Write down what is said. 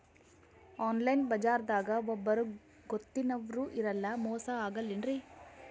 Online ಬಜಾರದಾಗ ಒಬ್ಬರೂ ಗೊತ್ತಿನವ್ರು ಇರಲ್ಲ, ಮೋಸ ಅಗಲ್ಲೆನ್ರಿ?